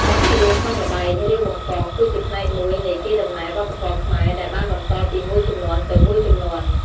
បទច្រៀងក្នុងល្បែង រាវបង្កង គឺជាផ្នែកមួយនៃ កេរដំណែលវប្បធម៌ខ្មែរ ដែលបានបន្តពីមួយជំនាន់ទៅមួយជំនាន់។